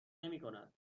نمیکند